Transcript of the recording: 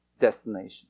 destination